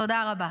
תודה רבה.